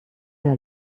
der